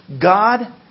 God